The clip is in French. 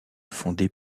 fondée